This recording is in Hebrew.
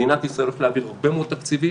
מדינת ישראל הולכת להעביר הרבה מאוד תקציבים,